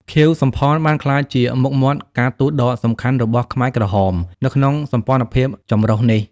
ខៀវ សំផន បានក្លាយជាមុខមាត់ការទូតដ៏សំខាន់របស់ខ្មែរក្រហមនៅក្នុងសម្ព័ន្ធភាពចម្រុះនេះ។